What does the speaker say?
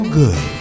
good